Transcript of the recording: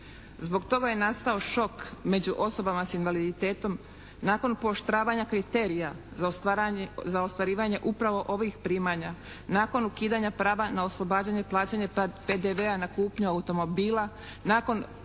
Zbog toga je nastao šok među osobama s invaliditetom nakon pooštravanja kriterija za ostvarivanje upravo ovih primanja nakon ukidanja prava na oslobađanje plaćanja PDV-a na kupnju automobila